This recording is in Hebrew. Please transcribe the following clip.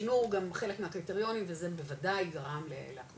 שינו גם חלק מהקריטריונים וזה בוודאי גרם לעלייה.